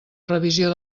revisió